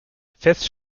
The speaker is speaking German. fest